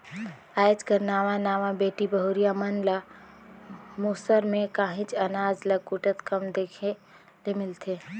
आएज कर नावा नावा बेटी बहुरिया मन ल मूसर में काहींच अनाज ल कूटत कम देखे ले मिलथे